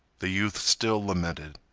the youth still lamented.